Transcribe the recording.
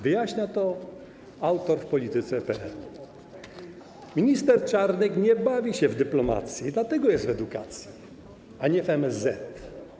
Wyjaśnia to autor wPolityce.pl: Minister Czarnek nie bawi się w dyplomację i dlatego jest w edukacji, a nie w MSZ.